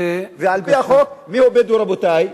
ועל פי החוק מיהו בדואי, רבותי?